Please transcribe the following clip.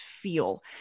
feel